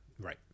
Right